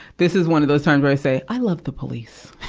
this is one of those times where i say, i love the police.